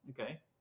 Okay